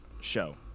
show